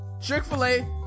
Chick-fil-A